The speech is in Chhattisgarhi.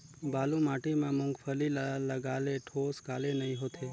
बालू माटी मा मुंगफली ला लगाले ठोस काले नइ होथे?